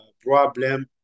problem